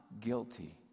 guilty